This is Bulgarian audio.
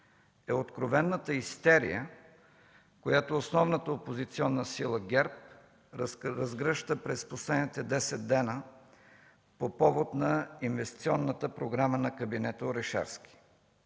е откровената истерия, която основната опозиционна сила – ГЕРБ, разгръща през последните 10 дни по повод на инвестиционната програма на кабинета Орешарски